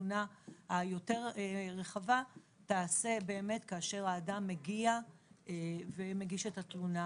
התלונה היותר-רחבה תיעשה באמת כאשר האדם מגיע ומגיש את התלונה,